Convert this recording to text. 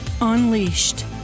Unleashed